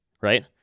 right